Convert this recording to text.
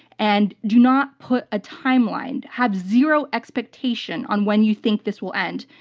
and do not put a timeline, have zero expectation, on when you think this will end.